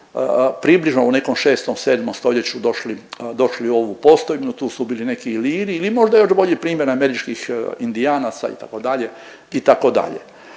približno u nekom 6.-7. stoljeću došli, došli u ovu postojnu, tu su bili neki Iliri ili možda još bolji primjer američkih Indijanaca itd., itd..